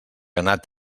anat